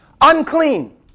Unclean